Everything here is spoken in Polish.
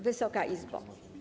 Wysoka Izbo!